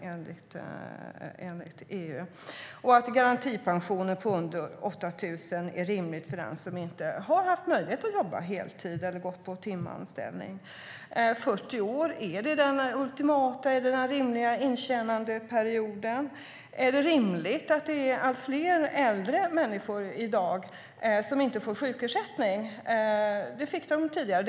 Ingår i det också att en garantipension på under 8 000 är rimlig för den som inte har haft möjlighet att jobba heltid eller har gått på timanställning? Är 40 år den ultimata eller rimliga intjänandeperioden? Är det rimligt att allt fler äldre människor i dag inte får sjukersättning, vilket de fick tidigare?